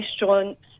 restaurants